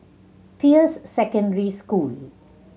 Peirce Secondary School